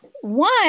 One